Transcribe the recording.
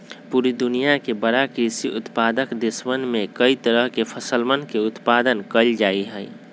पूरा दुनिया के बड़ा कृषि उत्पादक देशवन में कई तरह के फसलवन के उत्पादन कइल जाहई